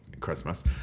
Christmas